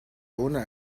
owner